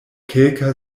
kelka